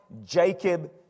Jacob